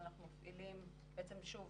בעצם שוב,